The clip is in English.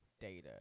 data